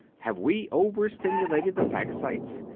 have we over-stimulated the phagocytes?